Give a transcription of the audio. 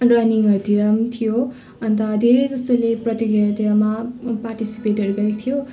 रनिङहरू तिर थियो अन्त धेरै जस्तोले प्रतियोगितामा पार्टिसिपेटहरू पनि गरेको थियो